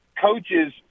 coaches